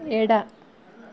ಎಡ